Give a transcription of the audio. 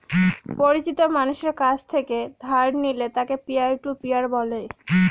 পরিচিত মানষের কাছ থেকে ধার নিলে তাকে পিয়ার টু পিয়ার বলে